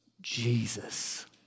Jesus